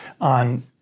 on